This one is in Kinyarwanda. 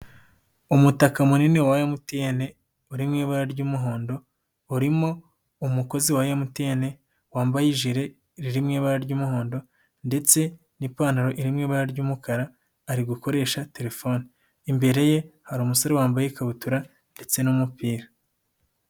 Umutaka munini wa MTN uri mu ibara ry'umuhondo, urimo umukozi wa MTN wambaye ijire riri mu ibara ry'umuhondo ndetse n'ipantaro iri mu ibara ry'umukara ari gukoresha telefone. Imbere ye hari umusore wambaye ikabutura ndetse n'umupira.